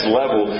level